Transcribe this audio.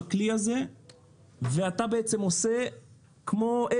הכלי הזה בין שמונה לעשר שעות ביום ואתה בעצם כמו עבד.